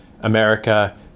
America